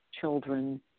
children